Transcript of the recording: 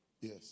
Yes